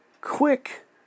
quick